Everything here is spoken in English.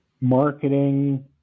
marketing